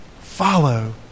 Follow